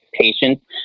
patients